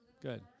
Good